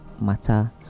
matter